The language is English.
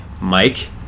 Mike